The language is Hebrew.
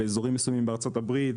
באיזורים מסוימים בארה"ב,